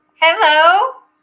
Hello